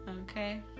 Okay